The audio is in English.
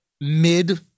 mid